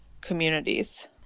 communities